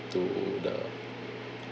to the